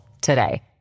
today